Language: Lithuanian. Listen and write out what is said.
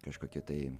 kažkokia tai